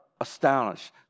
astonished